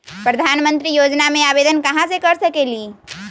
प्रधानमंत्री योजना में आवेदन कहा से कर सकेली?